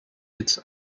its